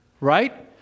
Right